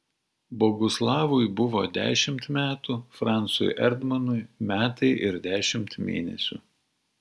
boguslavui buvo dešimt metų francui erdmanui metai ir dešimt mėnesių